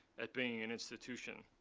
at being an institution.